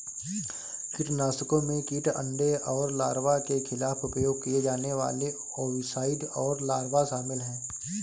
कीटनाशकों में कीट अंडे और लार्वा के खिलाफ उपयोग किए जाने वाले ओविसाइड और लार्वा शामिल हैं